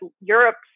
Europe's